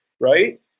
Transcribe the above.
Right